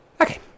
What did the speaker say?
Okay